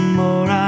more